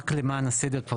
רק למען הסדר,